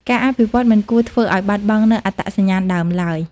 ការអភិវឌ្ឍមិនគួរធ្វើឲ្យបាត់បង់នូវអត្តសញ្ញាណដើមឡើយ។